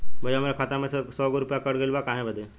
भईया हमरे खाता में से सौ गो रूपया कट गईल बा काहे बदे?